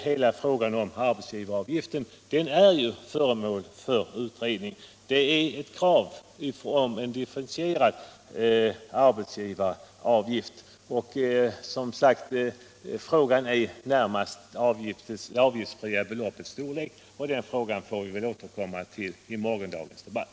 Hela frågan om arbetsgivaravgiften är ju föremål för utredning; det föreligger ett krav på differentierad arbetsgivaravgift. Frågan om det avgiftsfria beloppets storlek får vi återkomma till i morgondagens debatt.